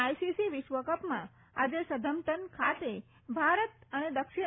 ICC વિશ્વ કપમાં આજે સધમ્પટન ખાતે ભારત અને દક્ષિણ